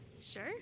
Sure